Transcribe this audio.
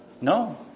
No